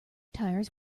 tires